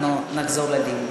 אנחנו נחזור לדיון.